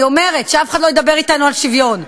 אני אומרת שאף אחד לא ידבר אתנו על שוויון.